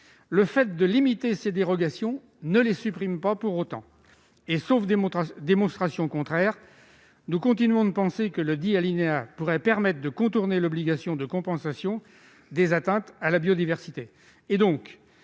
Le fait de limiter ces dérogations ne les supprime pas pour autant. Sauf démonstration contraire, nous continuons de penser que les alinéas 2 et 3 pourraient servir à contourner l'obligation de compensation des atteintes à la biodiversité.